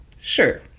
Sure